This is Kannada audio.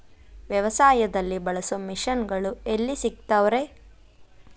ವ್ಯವಸಾಯದಲ್ಲಿ ಬಳಸೋ ಮಿಷನ್ ಗಳು ಎಲ್ಲಿ ಸಿಗ್ತಾವ್ ರೇ?